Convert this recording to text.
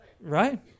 Right